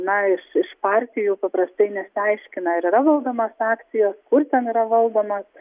na iš iš partijų paprastai nesiaiškina ar yra valdomos akcijos kur ten yra valdomos